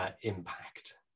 impact